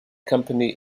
company